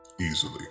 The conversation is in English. easily